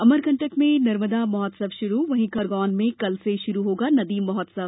अमरकंटक में नर्मदा महोत्सव शुरू वहीं खरगोन में कल से शुरू होगा नदी महोत्सव